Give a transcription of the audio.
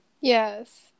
Yes